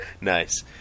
Nice